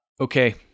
Okay